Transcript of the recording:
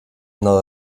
not